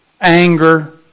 anger